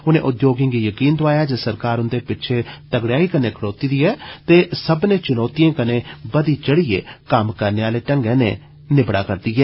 उनें उद्योगें गी यकीन दोआया जे सरकार उन्दे पिच्छे तगर्डयाई कन्नै खड़ोती दी ऐ ते सब्बने चुनौतियें कन्नै बदी चढियै कम्म कराने आहले ढंगै नै निब्डारदी ऐ